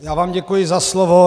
Já vám děkuji za slovo.